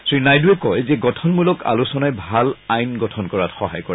শ্ৰীনাইডুৱে কয় যে গঠনমূলক আলোচনাই ভাল আইন গঠন কৰাত সহায় কৰে